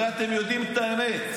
הרי אתם יודעים את האמת.